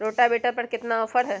Rotavator पर केतना offer हव?